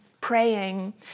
praying